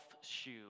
shoe